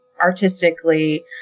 artistically